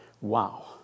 Wow